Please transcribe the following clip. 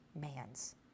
man's